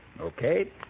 Okay